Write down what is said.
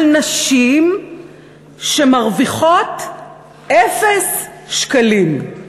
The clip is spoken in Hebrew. על נשים שמרוויחות אפס שקלים.